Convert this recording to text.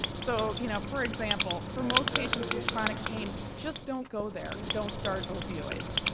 so you know for example, for most patients with chronic pain, just don't go there, don't start opioids.